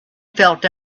felt